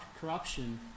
corruption